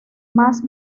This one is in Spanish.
más